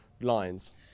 lines